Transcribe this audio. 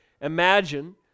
imagine